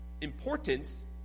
importance